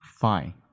Fine